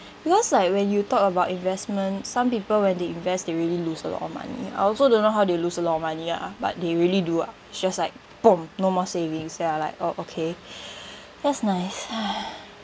because like when you talk about investment some people when they invest they really lose a lot of money I also don't know how they lose a lot of money ah but they really do ah just like boom no more savings ya like oh okay that's nice